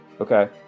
Okay